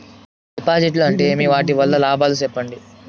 డిపాజిట్లు అంటే ఏమి? వాటి వల్ల లాభాలు సెప్పండి?